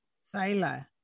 Sailor